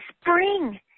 spring